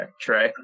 Trey